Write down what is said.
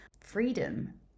freedom